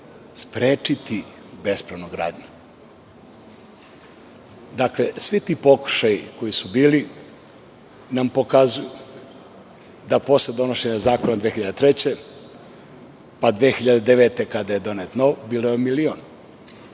sprečiti bespravnu gradnju. Dakle, svi ti pokušaji koji su bili nam pokazuju da posle donošenje zakona 2003. godine, pa 2009. kada je donet nov bio je milion.